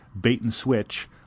bait-and-switch